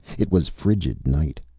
it was frigid night.